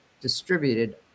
distributed